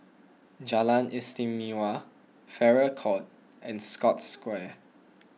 Jalan Istimewa Farrer Court and Scotts Square